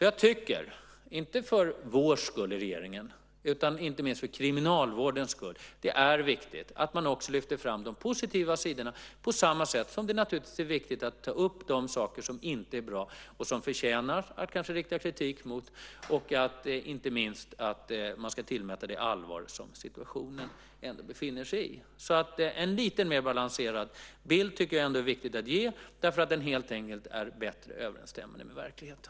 Jag tycker, inte för vår skull i regeringen utan inte minst för kriminalvårdens skull, att det är viktigt att också lyfta fram de positiva sidorna, på samma sätt som det är viktigt att ta upp de saker som inte är bra och som det förtjänar att riktas kritik mot, inte minst att man ska tillmäta nuvarande situation det allvar som den kräver. Jag tycker därför att det är viktigt att ge en lite mer balanserad bild, därför att den helt enkelt är bättre överensstämmande med verkligheten.